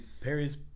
Perry's